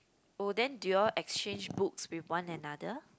oh then do you all exchange books with one another